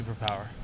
superpower